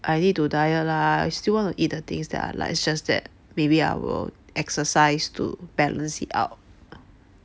I need to diet lah I still want to eat the things that I like it's just that maybe I will exercise to balance it out